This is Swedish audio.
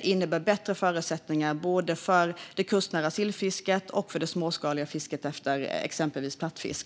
innebär bättre förutsättningar både för det kustnära sillfisket och för det småskaliga fisket efter exempelvis plattfisk.